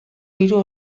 hiru